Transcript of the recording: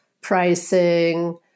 pricing